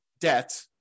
debt